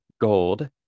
Gold